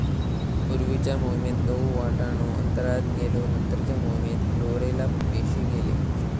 पूर्वीच्या मोहिमेत गहु, वाटाणो अंतराळात गेलो नंतरच्या मोहिमेत क्लोरेला पेशी गेले